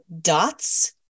dots